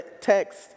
text